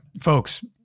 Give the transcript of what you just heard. folks